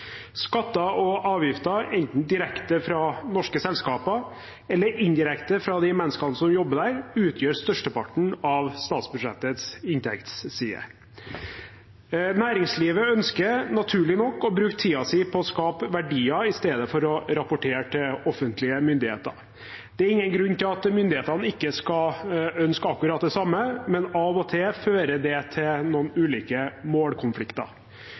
Skatter og avgifter, enten direkte fra norske selskaper eller indirekte fra de menneskene som jobber der, utgjør størsteparten av statsbudsjettets inntektsside. Næringslivet ønsker, naturlig nok, å bruke tiden sin på å skape verdier i stedet for å rapportere til offentlige myndigheter. Det er ingen grunn til at myndighetene ikke skal ønske akkurat det samme, men av og til fører det til noen ulike målkonflikter.